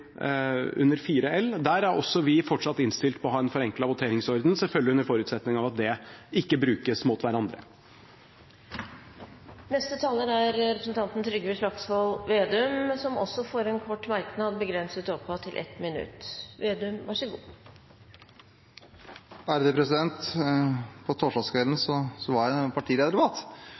L for 2016–2017. Der er også vi fortsatt innstilt på å ha en forenklet voteringsorden, selvfølgelig under forutsetning av at det ikke brukes mot hverandre. Representanten Trygve Slagsvold Vedum har hatt ordet to ganger tidligere og får ordet til en kort merknad, begrenset til 1 minutt.